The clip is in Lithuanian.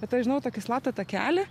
bet aš žinau tokį slaptą takelį